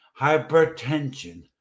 hypertension